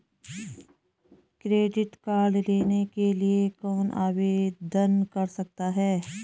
Credit card लेने के लिए कौन आवेदन कर सकता है?